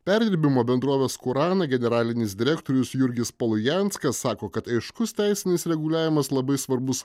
perdirbimo bendrovės kurana generalinis direktorius jurgis polujanskas sako kad aiškus teisinis reguliavimas labai svarbus